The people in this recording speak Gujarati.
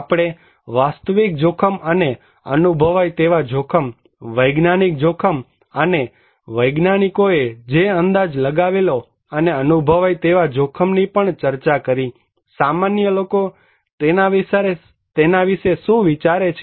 આપણે વાસ્તવિક જોખમ અને અનુભવાય તેવા જોખમ વૈજ્ઞાનિક જોખમ અને વૈજ્ઞાનિકોએ જે અંદાજ લગાવેલો અને અનુભવાય તેવા જોખમની પણ ચર્ચા કરીસામાન્ય લોકો તેના વિશે શું વિચારે છે